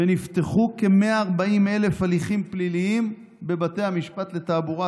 ונפתחו כ-140,000 הליכים פליליים בבתי המשפט לתעבורה.